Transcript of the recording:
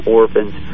orphans